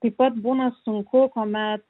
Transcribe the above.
taip pat būna sunku kuomet